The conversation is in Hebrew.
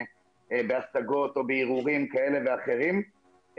בהשגות או בערעורים כאלה או אחרים,